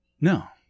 No